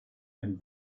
and